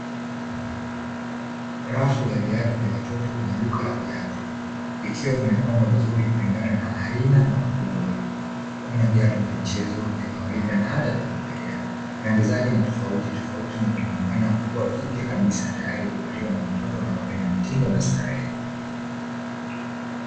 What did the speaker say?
Rafu ya viatu vya watoto kwenye duka la viatu ikiwa vimepangwa vizuri kulingana na aina na ukubwa. Kuna viatu vya michezo, vya kawaida na hata vya kuogelea. Rangi zake ni tofautitofauti na vinaonekana kuwa vipya kabisa, tayari kuvaliwa na mtoto anaopenda mitindo na starehe.